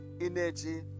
Energy